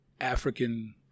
African